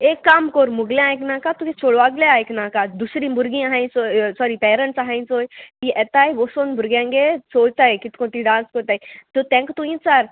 एक काम कोर मगलें आयकनाका तुगे चोडवगलें आयकनाका दुसरीं भुरगीं आहाय चोय सॉरी पेरंट्स आहाय चोय ती येताय वोसोन भुरग्यांक सोताय कित कोण ती डांस कोताय सो तेंका तुव विचार